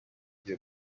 iryo